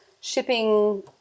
shipping